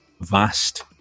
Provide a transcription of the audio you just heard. vast